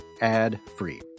ad-free